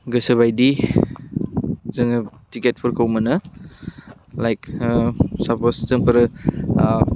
गोसोबायदि जोङो थिकेटफोरखौ मोनो लाइक साफस जोंफोरो